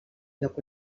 lloc